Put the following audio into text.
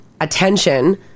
attention